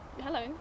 hello